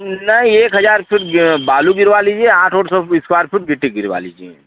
नहीं एक हजार फिर बालू गिरवा लीजिए आठ ओठ सौ इस्क्वायर फुट गिट्टी गिरवा लीजिए